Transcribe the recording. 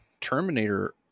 Terminator